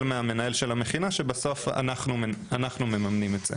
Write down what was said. מהמנהל של המכינה שלבסוף אנחנו מממנים את זה.